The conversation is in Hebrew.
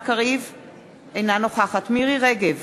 אינה נוכחת מירי רגב,